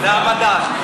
זה המדד.